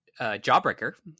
Jawbreaker